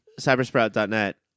Cybersprout.net